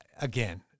again